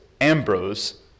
Ambrose